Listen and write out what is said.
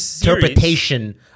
interpretation